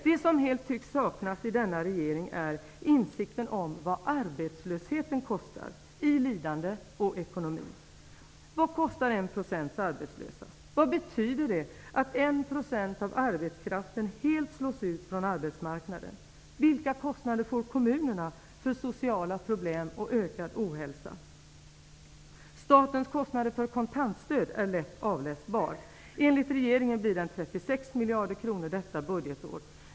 Det som helt tycks saknas i denna regering är insikten om vad arbetslösheten kostar i lidande och ekonomi. Vad kostar 1 % arbetslösa? Vad betyder det att 1 % av arbetskraften helt slås ut från arbetsmarknaden? Vilka kostnader får kommunerna för sociala problem och ökad ohälsa? Statens kostnad för kontantstöd är lätt avläsbar. Enligt regeringen blir den 36 miljarder kronor detta budgetår.